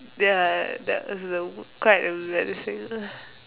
ya that's the uh quite embarrassing ah